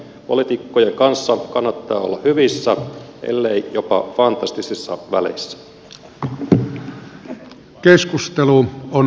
poliitikkojen kanssa kannattaa olla hyvissä ellei jopa fantastisissa väleissä